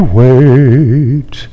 wait